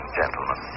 gentlemen